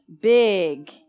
Big